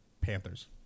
Panthers